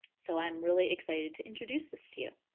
so i'm really excited to introduce this to you.